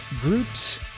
groups